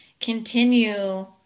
continue